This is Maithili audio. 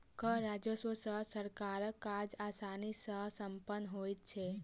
कर राजस्व सॅ सरकारक काज आसानी सॅ सम्पन्न होइत छै